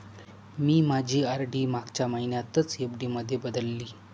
मी माझी आर.डी मागच्या महिन्यातच एफ.डी मध्ये बदलली